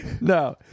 No